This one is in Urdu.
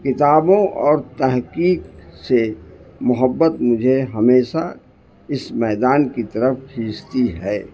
کتابوں اور تحقیق سے محبت مجھے ہمیشہ اس میدان کی طرف کھینچتی ہے